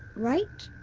right?